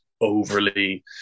overly